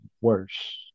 worse